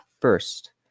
first